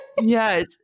Yes